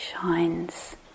shines